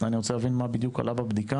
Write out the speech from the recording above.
אני רוצה להבין מה בדיוק עלה בבדיקה,